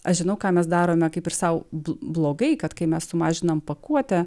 aš žinau ką mes darome kaip ir sau blogai kad kai mes sumažiname pakuotę